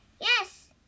Yes